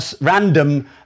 random